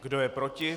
Kdo je proti?